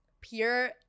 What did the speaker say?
pure